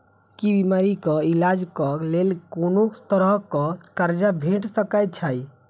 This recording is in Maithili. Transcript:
की बीमारी कऽ इलाज कऽ लेल कोनो तरह कऽ कर्जा भेट सकय छई?